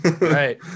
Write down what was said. right